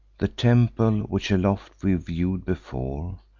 the temple, which aloft we view'd before,